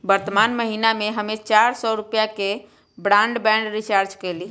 वर्तमान महीना में हम्मे चार सौ रुपया के ब्राडबैंड रीचार्ज कईली